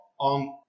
on